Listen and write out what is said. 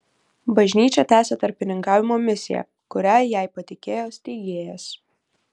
bažnyčia tęsia tarpininkavimo misiją kurią jai patikėjo steigėjas